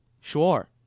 sure